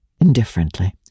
indifferently